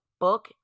book